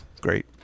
great